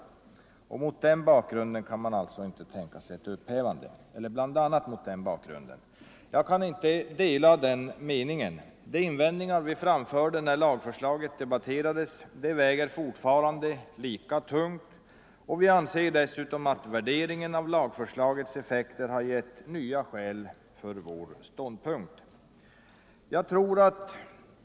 a. mot den bakgrunden kan man alltså inte tänka sig ett upphävande. Jag kan inte dela den meningen. De invändningar vi framförde när lagförslaget debatterades väger fortfarande lika tungt, och vi anser dessutom att värderingen av lagförslagets effekter har gett nya skäl för vår ståndpunkt.